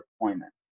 deployment